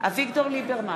אביגדור ליברמן,